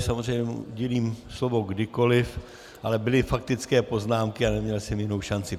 Samozřejmě mu udílím slovo kdykoliv, ale byly faktické poznámky a neměl jsem jinou šanci.